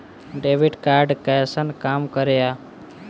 Debit card कैसन काम करेया?